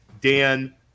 Dan